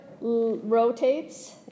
rotates